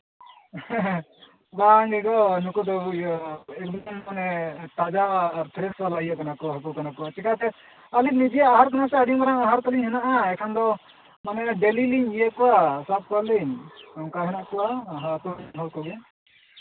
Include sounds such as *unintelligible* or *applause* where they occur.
ᱵᱟᱝ ᱜᱮ ᱜᱚ ᱱᱩᱠᱩ ᱫᱚ ᱤᱭᱟᱹ *unintelligible* ᱢᱟᱱᱮ ᱛᱟᱡᱟ ᱯᱷᱨᱮᱥ ᱵᱟᱞᱟ ᱤᱭᱟᱹ ᱠᱟᱱᱟ ᱠᱚ ᱦᱟᱹᱠᱩ ᱠᱟᱱᱟ ᱠᱚ ᱪᱤᱠᱟᱛᱮ ᱟᱹᱞᱤᱧ ᱱᱤᱡᱮ ᱟᱦᱟᱨ ᱠᱟᱱᱟ ᱥᱮ ᱟᱹᱰᱤ ᱢᱟᱨᱟᱝ ᱟᱦᱟᱨ ᱛᱟᱹᱞᱤᱧ ᱢᱮᱱᱟᱜᱼᱟ ᱮᱠᱷᱚᱱ ᱫᱚ ᱢᱟᱱᱮ ᱰᱮᱞᱤ ᱞᱤᱧ ᱤᱭᱟᱹ ᱠᱚᱣᱟ ᱥᱟᱵ ᱠᱚᱣᱟᱞᱤᱧ ᱚᱱᱠᱟ ᱦᱮᱱᱟᱜ ᱠᱚᱣᱟ ᱟᱹᱛᱩ ᱨᱮᱱ ᱠᱚᱜᱮ